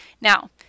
Now